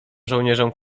żołnierzom